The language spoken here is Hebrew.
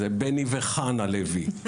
זה בני וחנה לוי,